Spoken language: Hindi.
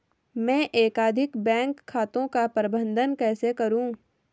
मैं एकाधिक बैंक खातों का प्रबंधन कैसे करूँ?